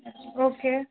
okay